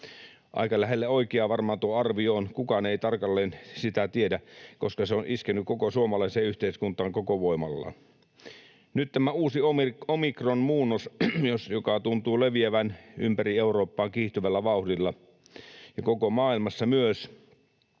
Aika lähelle oikeaa tuo arvio varmaan on. Kukaan ei tarkalleen sitä tiedä, koska se on iskenyt koko suomalaiseen yhteiskuntaan koko voimallaan. Nyt kun on tämä uusi omikronmuunnos, joka tuntuu leviävän ympäri Eurooppaa kiihtyvällä vauhdilla ja koko maailmassa myös,